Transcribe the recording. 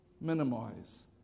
minimize